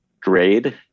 grade